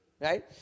right